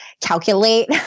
calculate